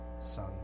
Son